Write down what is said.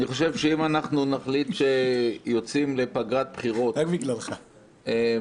אני חושב שאם אנחנו נחליט שיוצאים לפגרת בחירות מהר מאוד,